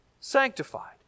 sanctified